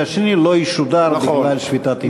השני לא ישודר בגלל שביתת העיתונאים.